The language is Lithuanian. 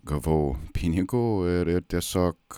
gavau pinigų ir tiesiog